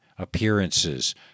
Appearances